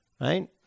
right